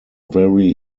very